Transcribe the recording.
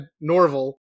Norval